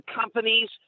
companies